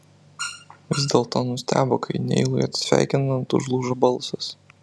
vis dėlto nustebo kai neilui atsisveikinant užlūžo balsas